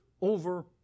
over